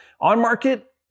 On-market